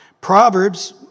Proverbs